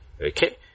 Okay